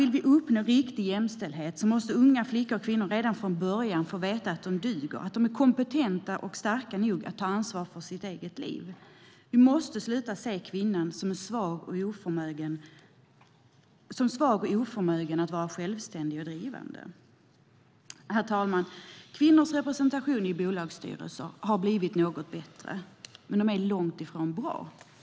Vill vi uppnå riktig jämställdhet måste flickor och unga kvinnor redan från början få veta att de duger, att de är kompetenta och starka nog att ta ansvar för sitt eget liv. Vi måste sluta att se kvinnan som svag och oförmögen att vara självständig och drivande. Herr talman! Kvinnors representation i bolagsstyrelser har blivit något bättre, men den är långt ifrån bra.